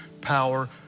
power